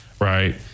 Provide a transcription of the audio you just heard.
right